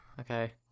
Okay